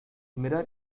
mirror